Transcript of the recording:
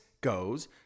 goes